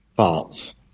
False